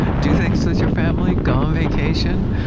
do things with your family go on vacation,